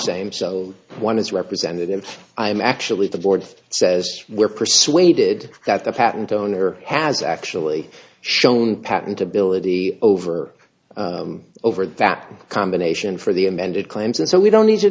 same so one is represented and i am actually the board says we're persuaded that the patent owner has actually shown patentability over over that combination for the amended claims and so we don't need to